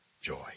joy